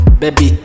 baby